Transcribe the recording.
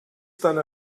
deiner